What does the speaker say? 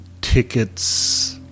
tickets